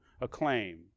acclaim